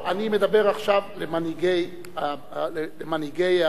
אני מדבר עכשיו אל מנהיגי האופוזיציה,